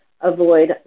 Avoid